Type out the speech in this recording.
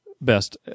best